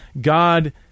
God